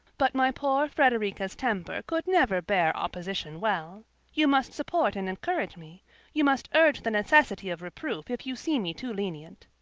but my poor frederica's temper could never bear opposition well you must support and encourage me you must urge the necessity of reproof if you see me too lenient.